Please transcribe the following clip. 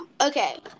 Okay